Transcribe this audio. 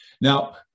Now